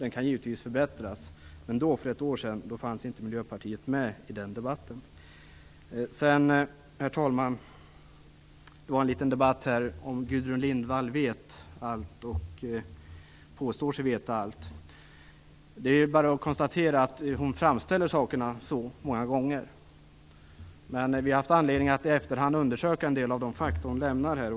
Den kan givetvis förbättras, men då, för ett år sedan, fanns inte Miljöpartiet med i den debatten. Herr talman! Det var en liten debatt här om det att Gudrun Lindvall vet allt och påstår sig veta allt. Det är bara att konstatera att hon många gånger framställer sakerna så. Vi har dock haft anledning att i efterhand undersöka en del av de fakta hon lämnar här.